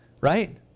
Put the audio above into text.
Right